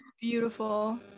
beautiful